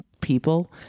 people